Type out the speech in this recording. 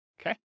Okay